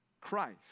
Christ